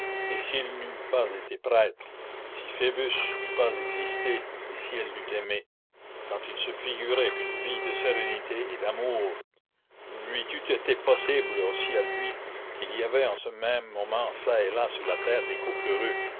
et s'il n'eût pas été prêtre si phoebus n'eût pas existé et si elle l'eût aimé quand il se figurait qu'une vie de sérénité et d'amour lui eût été possible aussi à lui qu'il y avait en ce même moment çà et là sur la terre des couples heureux